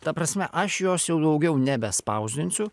ta prasme aš jos jau daugiau nebespausdinsiu